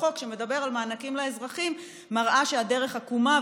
חוק שמדבר על מענקים לאזרחים מראה שהדרך עקומה,